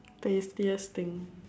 tastiest thing